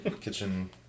Kitchen